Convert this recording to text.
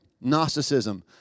Gnosticism